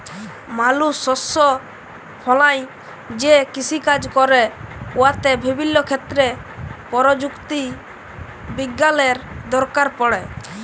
মালুস শস্য ফলাঁয় যে কিষিকাজ ক্যরে উয়াতে বিভিল্য ক্ষেত্রে পরযুক্তি বিজ্ঞালের দরকার পড়ে